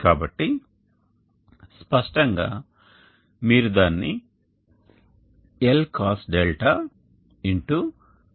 కాబట్టి స్పష్టంగా మీరు దానిని Lcosδ x cosω గా రాయవచ్చు